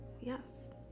Yes